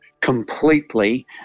completely